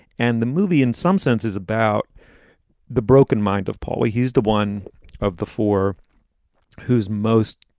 and the movie in some sense is about the broken mind of paul. he's the one of the four who's most.